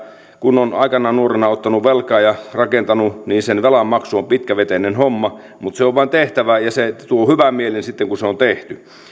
kun on aikanaan nuorena ottanut velkaa ja rakentanut niin sen velan maksu on pitkäveteinen homma mutta se on vain tehtävä ja se tuo hyvän mielen sitten kun se on